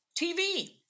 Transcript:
TV